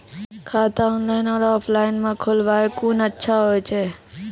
खाता ऑनलाइन और ऑफलाइन म खोलवाय कुन अच्छा छै?